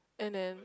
and then